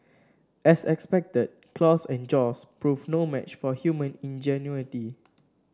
as expected claws and jaws proved no match for human ingenuity